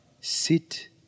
sit